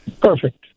perfect